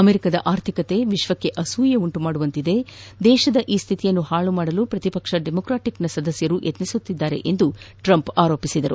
ಅಮೆರಿಕದ ಆರ್ಥಿಕತೆ ವಿಶ್ವಕ್ಕೆ ಅಸೂಯೆ ಉಂಟುಮಾದುವಂತಿದ್ದು ದೇಶದ ಈ ಸ್ಥಿತಿಯನ್ನು ಹಾಳು ಮಾಡಲು ಪ್ರತಿ ಪಕ್ಷ ಡೆಮಾಕ್ರೆಟಿಕ್ನ ಸದಸ್ಯರು ಪ್ರಯತ್ನಿಸುತ್ತಿದ್ದಾರೆ ಎಂದು ಆರೋಪಿಸಿದರು